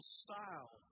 style